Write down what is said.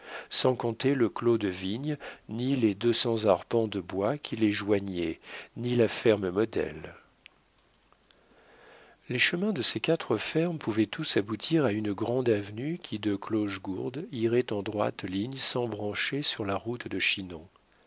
sans compter le clos de vigne ni les deux cents arpents de bois qui les joignaient ni la ferme modèle les chemins de ses quatre fermes pouvaient tous aboutir à une grande avenue qui de clochegourde irait en droite ligne s'embrancher sur la route de chinon